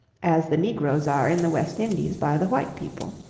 as the negroes are in the west indies by the white people.